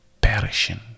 perishing